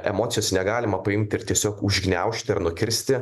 emocijos negalima paimti ir tiesiog užgniaužti ar nukirsti